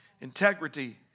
integrity